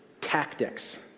tactics